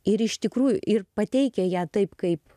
ir iš tikrųjų ir pateikia ją taip kaip